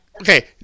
Okay